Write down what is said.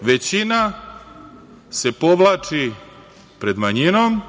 Većina se povlači pred manjinom,